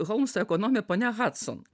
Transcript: holmso ekonomė ponia hadson